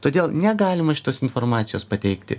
todėl negalima šitos informacijos pateikti